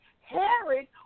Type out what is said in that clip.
Herod